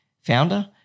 founder